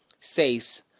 says